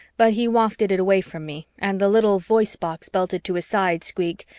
but he wafted it away from me and the little voice-box belted to his side squeaked,